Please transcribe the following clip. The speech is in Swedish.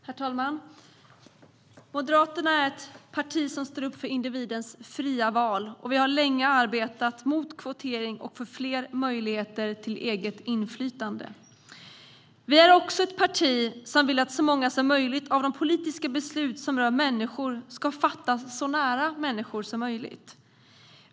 Herr talman! Moderaterna är ett parti som står upp för individens fria val, och vi har länge arbetat mot kvotering och för fler möjligheter till eget inflytande. Vi är också ett parti som vill att så många som möjligt av de politiska beslut som rör människor ska fattas så nära människor som möjligt.